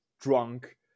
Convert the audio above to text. drunk